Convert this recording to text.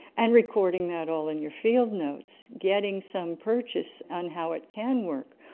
and recording that all in your field notes, getting some purchase on how it can work.